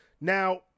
now